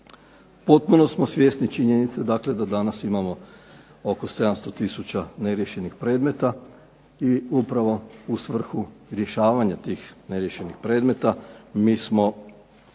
Potpuno smo svjesni činjenice dakle da danas imamo oko 700 tisuća neriješenih predmeta i upravo u svrhu rješavanja tih neriješenih predmeta, mi smo